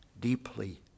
deeply